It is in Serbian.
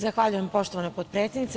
Zahvaljujem, poštovana potpredsednice.